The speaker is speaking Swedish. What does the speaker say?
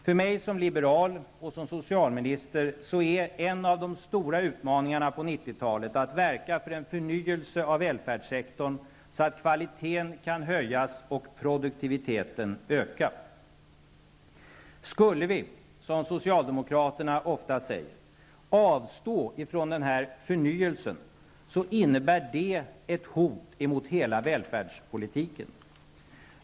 För mig som liberal och som socialminister är en av de stora utmaningarna på 1990-talet att verka för en förnyelse av välfärdssektorn, så att kvaliteten kan höjas och produktiviteten öka. Skulle vi, som socialdemokraterna ofta säger, avstå från den här förnyelsen innebär det ett hot mot hela välfärdspolitiken.